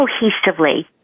cohesively